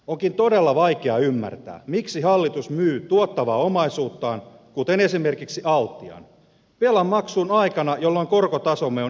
onkin todella vaikea ymmärtää miksi hallitus myy tuottavaa omaisuuttaan kuten esimerkiksi altian velanmaksuun aikana jolloin korkotasomme on historiallisen alhainen